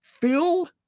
Phil